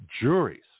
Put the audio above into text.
Juries